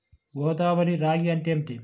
గోదావరి రాగి అంటే ఏమిటి?